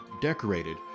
decorated